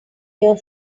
here